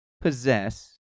possess